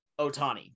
Otani